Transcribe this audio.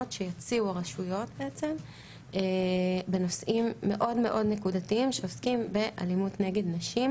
שיציעו הרשויות בנושאים מאוד מאוד נקודתיים שעוסקים באלימות נגד נשים.